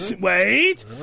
Wait